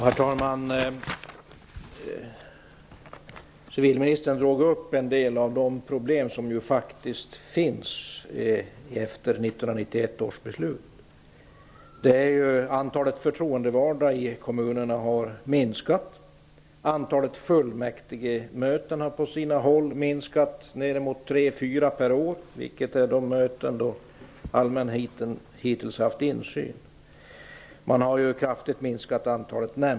Herr talman! Civilministern tog upp en del av av de problem som uppstått efter 1991 års beslut. Antalet förtroendevalda i kommunerna har minskat. Antalet fullmäktigemöten, i vilka allmänheten hittills haft insyn, har på sina håll minskat till tre fyra per år. Antalet nämnder har kraftigt minskat.